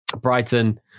Brighton